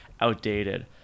outdated